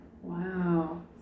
Wow